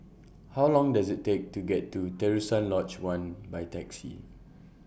How Long Does IT Take to get to Terusan Lodge one By Taxi